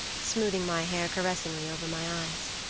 smoothing my hair caressingly over my eyes.